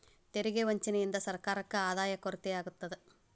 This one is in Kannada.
ತೆರಿಗೆ ವಂಚನೆಯಿಂದ ಸರ್ಕಾರಕ್ಕ ಆದಾಯದ ಕೊರತೆ ಆಗತ್ತ